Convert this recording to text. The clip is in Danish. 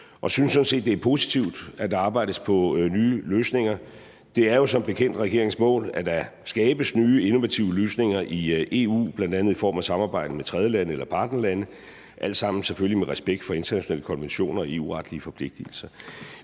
sådan set, at det er positivt, at der arbejdes på nye løsninger. Det er jo som bekendt regeringens mål, at der skabes nye innovative løsninger i EU, bl.a. i form af samarbejde med tredjelande eller partnerlande – alt sammen selvfølgelig med respekt for internationale konventioner og EU-retlige forpligtelser.